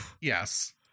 Yes